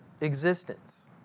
existence